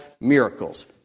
miracles